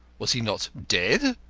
was he not dead?